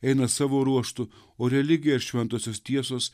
eina savo ruožtu o religija ir šventosios tiesos